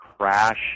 Crash